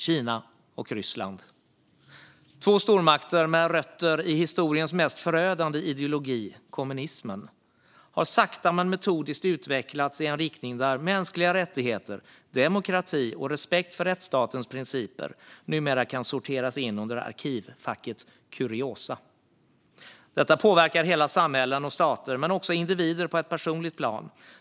Kina och Ryssland - två stormakter med rötter i historiens mest förödande ideologi, kommunismen - har sakta men metodiskt utvecklats i en riktning där mänskliga rättigheter, demokrati och respekt för rättsstatens principer numera kan sorteras in under arkivfacket kuriosa. Detta påverkar hela samhällen och stater men också individer på ett personligt plan.